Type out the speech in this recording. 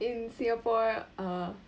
in singapore uh